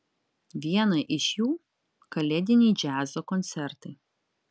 vieną iš jų kalėdiniai džiazo koncertai